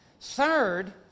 Third